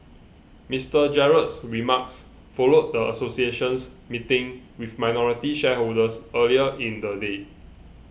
Mister Gerald's remarks followed the association's meeting with minority shareholders earlier in the day